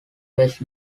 west